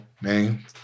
man